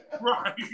Right